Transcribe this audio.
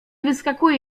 wyskakuje